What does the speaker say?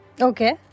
Okay